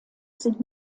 sind